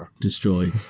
destroy